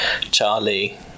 Charlie